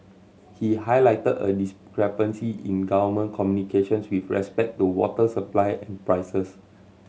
he highlighted a discrepancy in government communications with respect to water supply and prices